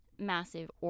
massive